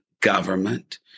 government